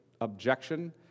objection